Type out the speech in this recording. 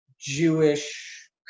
Jewish